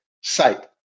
site